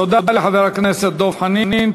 תודה לחבר הכנסת דב חנין.